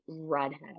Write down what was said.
redhead